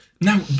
Now